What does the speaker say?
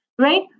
right